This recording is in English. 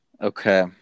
Okay